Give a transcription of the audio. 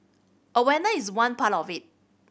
awareness is one part of it